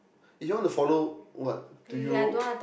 if you all wanna follow what to Europe